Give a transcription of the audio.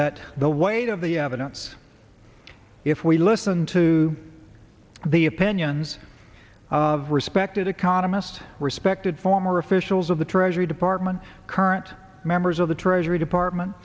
that the weight of the evidence if we listen to the opinions of respected economists respected former officials of the treasury department current members of the treasury department